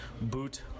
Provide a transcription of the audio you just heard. Boot